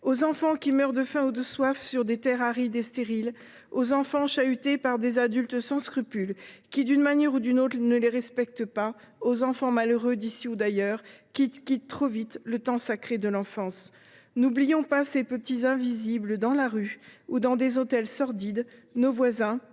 aux enfants qui meurent de faim ou de soif sur des terres arides et stériles, aux enfants chahutés par des adultes sans scrupules qui, d’une manière ou d’une autre, ne les respectent pas, aux enfants malheureux d’ici ou d’ailleurs, qui quittent trop vite le temps sacré de l’enfance. N’oublions pas ces petits invisibles dans la rue ou dans les hôtels sordides, nos voisins,